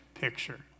picture